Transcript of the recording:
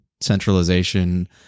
centralization